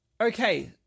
Okay